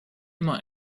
immer